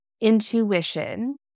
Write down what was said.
intuition